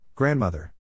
Grandmother